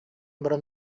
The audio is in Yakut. баран